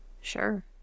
Sure